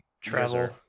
travel